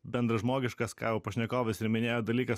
bendražmogiškas ką jau pašnekovas ir minėjo dalykas